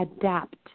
adapt